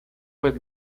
pues